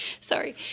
Sorry